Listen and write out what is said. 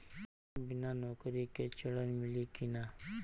बिना नौकरी के ऋण मिली कि ना?